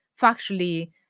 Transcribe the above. factually